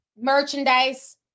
merchandise